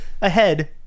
ahead